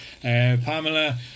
Pamela